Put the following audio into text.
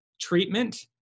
treatment